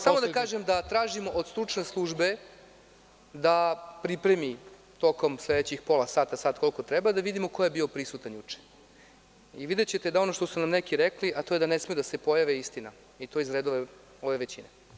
Samo da kažem da tražimo od stručne službe da pripremi, tokom sledećih pola sata, sat, koliko treba, da vidimo ko je bio prisutan juče i videćete ono što su nam neki rekli, a to je da ne smeju da se pojave, je istina i to je iz redova ove većine.